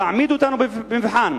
תעמידו אותנו במבחן.